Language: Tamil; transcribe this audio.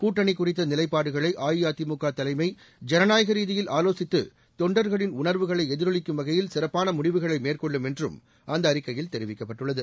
கூட்டணி குறித்த நிலைப்பாடுகளை அஇஅதிமுக தலைமை ஜனநாயக ரீதியில் ஆலோசித்து தொண்டர்களின் உணர்வுகளை எதிரொலிக்கும் வகையில் சிறப்பான முடிவுகளை மேற்கொள்ளும் என்றும் அந்த அறிக்கையில் தெரிவிக்கப்பட்டுள்ளது